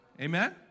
Amen